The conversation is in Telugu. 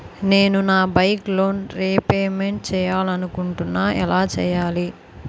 నేను నా బైక్ లోన్ రేపమెంట్ చేయాలనుకుంటున్నా ఎలా చేయాలి?